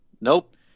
Nope